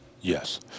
yes